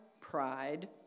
Pride